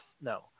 no